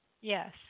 Yes